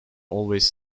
always